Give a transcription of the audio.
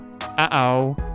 Uh-oh